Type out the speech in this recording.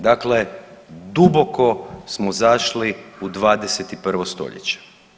Dakle, duboko smo zašli u 21. stoljeće.